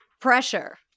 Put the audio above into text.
pressure